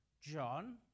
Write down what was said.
John